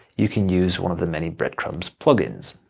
you can use one of the many breadcrumbs plugins.